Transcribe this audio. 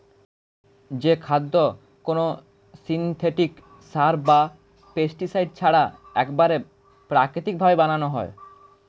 যে খাদ্য কোনো সিনথেটিক সার বা পেস্টিসাইড ছাড়া একবারে প্রাকৃতিক ভাবে বানানো হয়